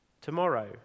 tomorrow